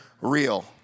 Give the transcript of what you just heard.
real